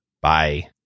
Bye